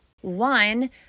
one